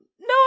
no